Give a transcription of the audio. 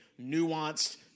nuanced